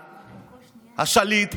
השליט,